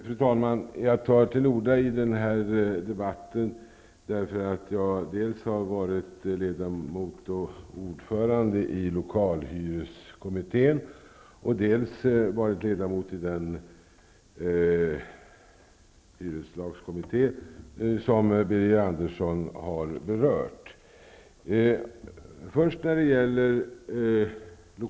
Fru talman! Jag tar till orda i denna debatt därför att jag dels har varit ledamot och ordförande i lokalhyreskommittén, dels har varit ledamot i den hyreslagskommitté som Birger Andersson har berört.